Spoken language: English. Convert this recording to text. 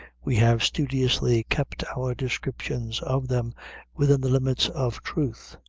we have studiously kept our descriptions of them within the limits of truth.